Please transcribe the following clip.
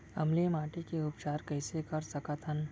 अम्लीय माटी के उपचार कइसे कर सकत हन?